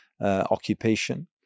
occupation